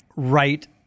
Right